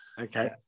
Okay